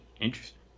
Interesting